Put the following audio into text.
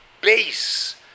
base